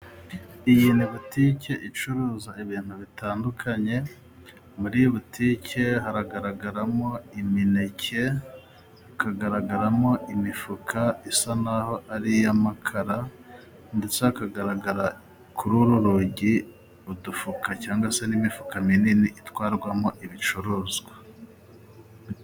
Iyi ni Botike icuruza ibintu bitandukanye, muri Butike haragaragaramo imineke hakagaragaramo imifuka isa naho ari iy'amakara ndetse akagaragara kuri uru rugi udufuka cyangwa se n'imifuka minini itwarwamo ibicuruzwa.